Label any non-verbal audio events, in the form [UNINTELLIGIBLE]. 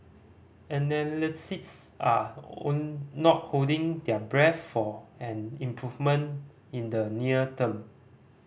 analysts are [UNINTELLIGIBLE] not holding their breath for an improvement in the near term